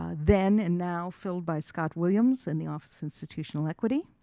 um then and now filled by scott williams in the office of institutional equity.